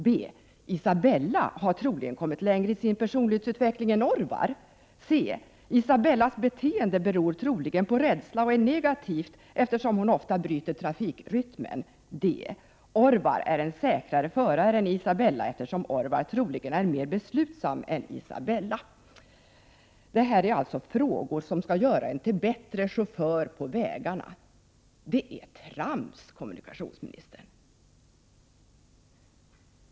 B: Isabella har troligen kommit längre i sin personlighetsutveckling än Orvar. C: Isabellas beteende beror troligen på rädsla och är negativt, eftersom hon ofta bryter trafikrytmen. D: Orvar är en säkrare förare än Isabella, eftersom Orvar troligen är mer beslutsam än Isabella. ” Det här är alltså frågor som skall göra en person till bättre chaufför på vägarna. Det är trams, kommunikationsministern!